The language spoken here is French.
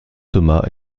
thomas